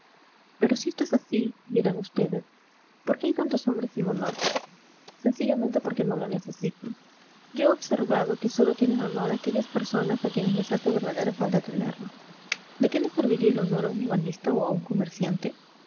pero si esto es así dirán ustedes por qué hay tantos hombres sin honor sencillamente porque no lo necesitan yo he observado que sólo tienen honor aquellas personas a quienes les hace verdadera falta tenerlo de qué le serviría el honor a un ebanista o a un comerciante